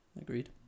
Agreed